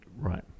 Right